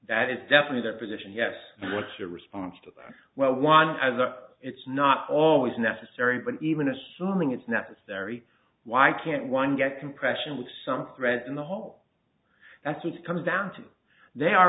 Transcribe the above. that is definite their position yes what's your response to that well i want as a it's not always necessary but even assuming it's necessary why can't one get compression with some threads in the hole that's what it comes down to they are